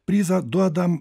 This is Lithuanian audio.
prizą duodam